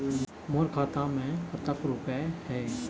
मोर खाता मैं कतक रुपया हे?